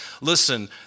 listen